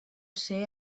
ser